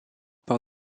par